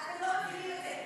אתם לא מבינים את זה.